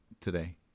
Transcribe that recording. today